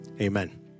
amen